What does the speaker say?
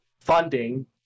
funding